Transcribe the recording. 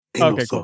Okay